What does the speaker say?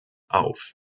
auf